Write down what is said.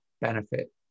benefit